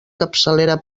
capçalera